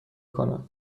کنم